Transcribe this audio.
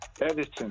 Edison